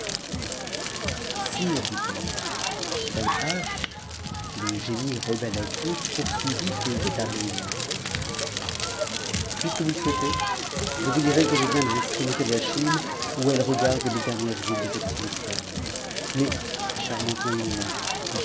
sire dit-elle danhasch le génie rebelle à dieu poursuivit et dit à mm puisque vous e souhaitez je vous dirai que je viens dfs extrémités de a chine où elles regardent les dernières tcs de cet mmisphère mais charmante